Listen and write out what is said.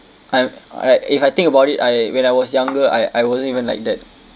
I'm I if I think about it I when I was younger I I wasn't even like that